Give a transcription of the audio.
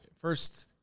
first